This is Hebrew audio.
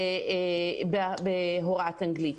בהוראת אנגלית.